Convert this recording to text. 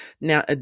Now